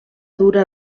dura